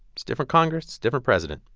it's different congress, different president.